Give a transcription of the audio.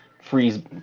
freeze